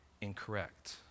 incorrect